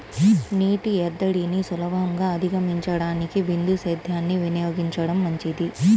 నీటి ఎద్దడిని సులభంగా అధిగమించడానికి బిందు సేద్యాన్ని వినియోగించడం మంచిది